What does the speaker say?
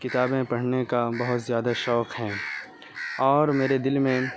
کتابیں پڑھنے کا بہت زیادہ شوق ہے اور میرے دل میں